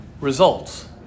results